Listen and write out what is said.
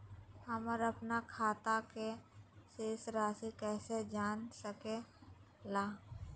हमर अपन खाता के शेष रासि कैसे जान सके ला?